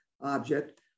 object